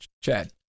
Chad